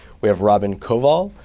we have robin koval,